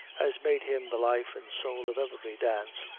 as made him the life and soul of every dance,